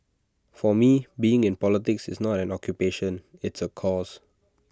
for me being in politics is not an occupation it's A cause